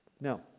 Now